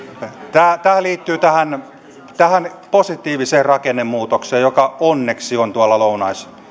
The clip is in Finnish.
tämä liittyy tähän positiiviseen rakennemuutokseen joka onneksi on tuolla lounais